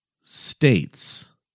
States